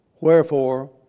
Wherefore